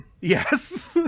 yes